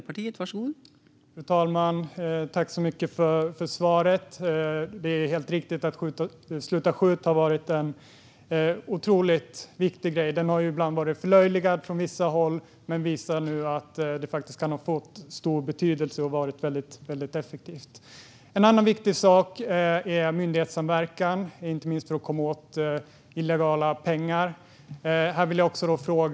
Fru talman! Det är helt riktigt att Sluta skjut har varit en otroligt viktig grej. Från vissa håll har man ibland förlöjligat det, men nu ser man att det kan ha haft en stor betydelse och varit effektivt. En annan viktig sak är myndighetssamverkan, inte minst för att komma åt illegala pengar.